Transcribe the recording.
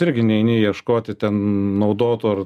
irgi neini ieškoti ten naudotų ar